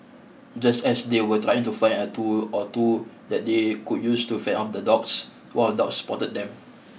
just as they were trying to find a tool or two that they could use to fend off the dogs one of the dogs spotted them